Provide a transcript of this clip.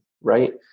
right